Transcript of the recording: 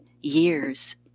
years